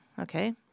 Okay